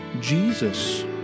Jesus